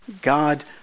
God